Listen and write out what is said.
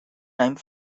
name